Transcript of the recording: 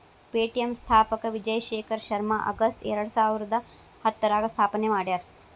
Paytm ಸ್ಥಾಪಕ Vijay Shekhar Sharma August ಎರಡಸಾವಿರದ ಹತ್ತರಾಗ ಸ್ಥಾಪನೆ ಮಾಡ್ಯಾರ